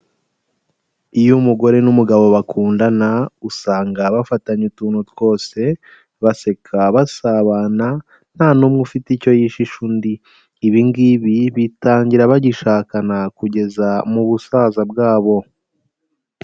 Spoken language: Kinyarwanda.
Iyo umugore n'umugabo bakundana, usanga bafatanya utuntu twose, baseka basabana nta n'umwe ufite icyo yishisha undi, ibi ngibi bitangira bagishakana kugeza mu busaza bwabo.